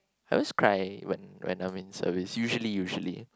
I always cry when when I'm in service usually usually